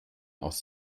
aus